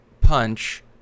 punch